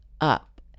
up